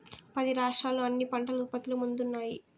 పది రాష్ట్రాలు అన్ని పంటల ఉత్పత్తిలో ముందున్నాయి